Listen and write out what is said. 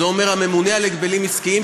את זה אומר הממונה על ההגבלים העסקיים,